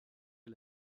est